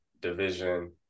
division